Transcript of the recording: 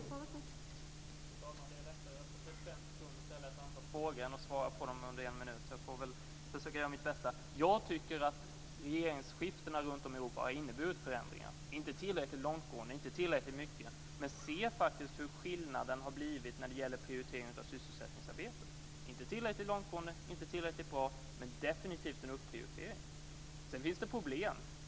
Fru talman! Det är lättare att på 35 sekunder ställa ett antal frågor än att svara på dem under en minut. Jag får väl försöka göra mitt bästa. Jag tycker att regeringsskiftena runt om i Europa har inneburit förändringar, inte tillräckligt långtgående och inte tillräckligt mycket. Men man ser faktiskt hur skillnaden har blivit när det gäller prioriteringen av sysselsättningsarbetet - inte tillräckligt långtgående och inte tillräckligt bra, men definitivt en prioritering. Sedan finns det problem.